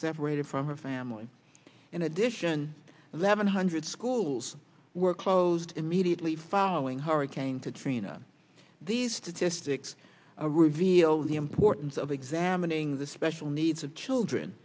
separated from her family in addition eleven hundred schools were closed immediately following hurricane katrina these statistics reveal the importance of examining the special needs of children